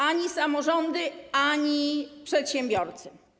ani samorządy, ani przedsiębiorcy.